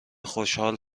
خوشحال